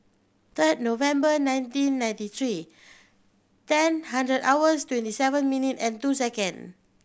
third November nineteen ninety three ten hundred hours twenty seven minute and two second